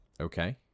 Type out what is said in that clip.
okay